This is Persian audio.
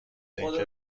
اینکه